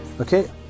Okay